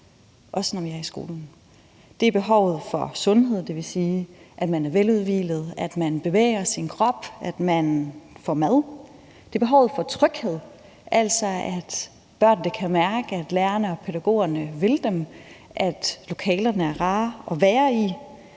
også når vi er i skolen. Det er behovet for sundhed, altså at man er veludhvilet, at man bevæger sin krop, og at man får mad; det er behovet for tryghed, altså at børnene kan mærke, at lærerne og pædagogerne vil dem, og at lokalerne er rare at være i;